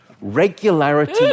regularity